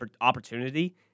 opportunity